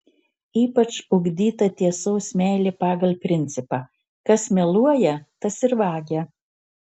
ypač ugdyta tiesos meilė pagal principą kas meluoja tas ir vagia